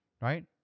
right